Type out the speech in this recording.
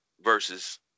versus